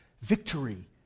victory